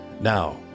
Now